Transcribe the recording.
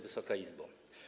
Wysoka Izbo!